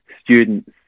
students